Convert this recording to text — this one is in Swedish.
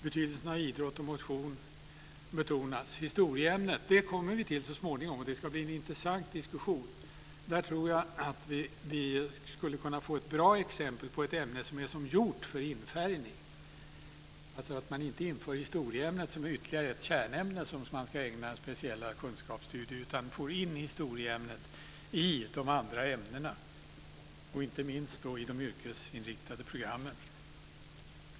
Betydelsen av idrott och motion betonas. Historieämnet kommer vi till så småningom. Det ska bli en intressant diskussion. Där tror jag att vi skulle kunna få ett bra exempel på ett ämne som är som gjort för infärgning, alltså att man inte inför historieämnet som ytterligare ett kärnämne som man ska ägna speciella kunskapsstudier utan får in historieämnet i de andra ämnena, inte minst i de yrkesinriktade programmen.